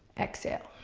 exhale.